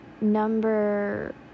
Number